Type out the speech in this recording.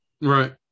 Right